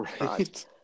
right